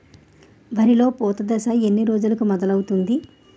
వరిలో పూత దశ ఎన్ని రోజులకు మొదలవుతుంది?